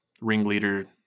ringleader